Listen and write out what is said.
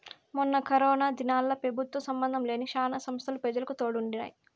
మొన్న కరోనా దినాల్ల పెబుత్వ సంబందం లేని శానా సంస్తలు పెజలకు తోడుండినాయి